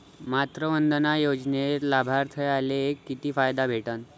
मातृवंदना योजनेत लाभार्थ्याले किती फायदा भेटन?